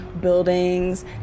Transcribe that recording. buildings